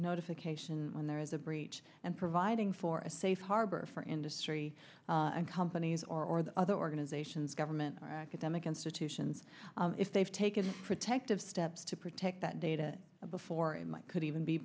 notification when there is a breach and providing for a safe harbor for industry and companies or that other organizations government or academic institutions if they've taken protective steps to protect that data before in my could even be